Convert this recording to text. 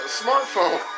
smartphone